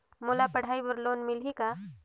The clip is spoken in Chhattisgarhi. मोला पढ़ाई बर लोन मिलही का?